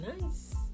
nice